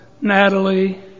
Natalie